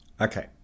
Okay